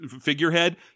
figurehead